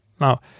Now